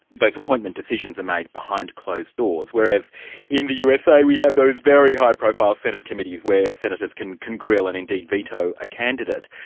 those appointment decisions are made behind closed doors, whereas in the usa we have those very high profile senate committees where senators can can grill and indeed veto a candidate.